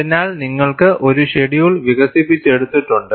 അതിനാൽ നിങ്ങൾക്ക് ഒരു ഷെഡ്യൂൾ വികസിപ്പിച്ചെടുത്തിട്ടുണ്ട്